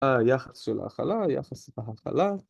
‫יחס של הכלה, יחס של הכלה.